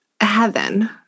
heaven